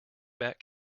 bat